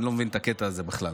אני לא מבין את הקטע הזה בכלל,